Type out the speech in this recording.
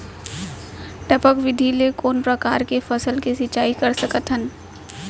टपक विधि ले कोन परकार के फसल के सिंचाई कर सकत हन?